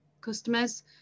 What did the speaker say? customers